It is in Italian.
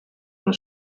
uno